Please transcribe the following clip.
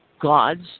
God's